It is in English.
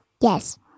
Yes